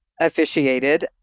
officiated